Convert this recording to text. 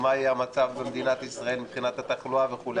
מה יהיה המצב במדינת ישראל מבחינת התחלואה וכו',